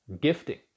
gifting